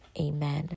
amen